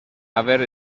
haver